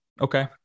Okay